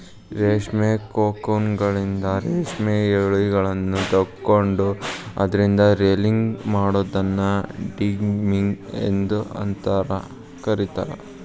ರೇಷ್ಮಿ ಕೋಕೂನ್ಗಳಿಂದ ರೇಷ್ಮೆ ಯಳಿಗಳನ್ನ ತಕ್ಕೊಂಡು ಅದ್ರಿಂದ ರೇಲಿಂಗ್ ಮಾಡೋದನ್ನ ಡಿಗಮ್ಮಿಂಗ್ ಅಂತ ಕರೇತಾರ